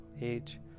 age